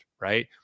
Right